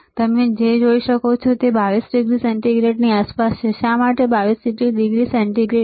અને તમે જે જોઈ શકો છો તે 22 ડિગ્રી સેન્ટિગ્રેડની આસપાસ છે શા માટે 22 ડિગ્રી સેન્ટિગ્રેડ